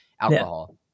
alcohol